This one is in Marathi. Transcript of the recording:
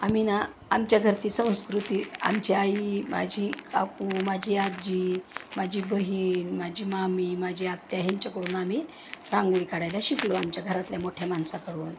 आम्ही ना आमच्या घरची संस्कृती आमची आई माझी काकू माझी आजी माझी बहीण माझी मामी माझी आत्या ह्यांच्याकडून आम्ही रांगोळी काढायला शिकलो आमच्या घरातल्या मोठ्या माणसांकडून